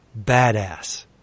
badass